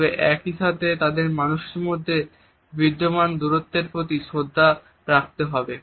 তবে একই সাথে তাদের মানুষের মধ্যে বিদ্যমান দূরত্বের প্রতি শ্রদ্ধা রাখতে হবে